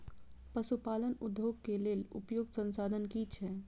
पशु पालन उद्योग के लेल उपयुक्त संसाधन की छै?